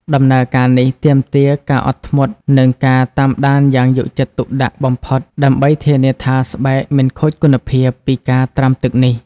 ដំណើរការនេះទាមទារការអត់ធ្មត់និងការតាមដានយ៉ាងយកចិត្តទុកដាក់បំផុតដើម្បីធានាថាស្បែកមិនខូចគុណភាពពីការត្រាំទឹកនេះ។